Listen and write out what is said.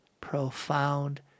profound